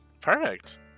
perfect